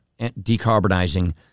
decarbonizing